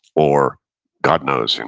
or god knows, and